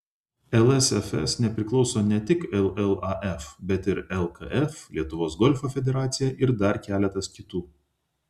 lsfs nepriklauso ne tik llaf bet ir lkf lietuvos golfo federacija ir dar keletas kitų